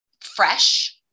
fresh